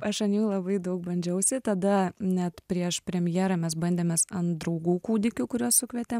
aš an jų labai daug bandžiausi tada net prieš premjerą mes bandėmės ant draugų kūdikių kuriuos sukvietėm